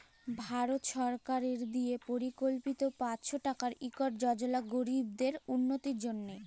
ভারত সরকারের দিয়ে পরকল্পিত পাঁচশ টাকার ইকট যজলা গরিবদের উল্লতির জ্যনহে